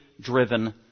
driven